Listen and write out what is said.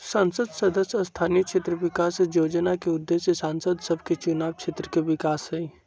संसद सदस्य स्थानीय क्षेत्र विकास जोजना के उद्देश्य सांसद सभके चुनाव क्षेत्र के विकास हइ